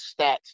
stats